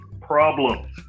problems